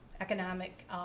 economic